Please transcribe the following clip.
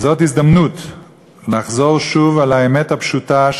זאת הזדמנות לחזור שוב על האמת הפשוטה,